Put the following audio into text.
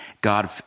God